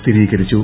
സ്ഥിരീകരിച്ചു